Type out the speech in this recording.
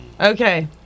Okay